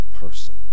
person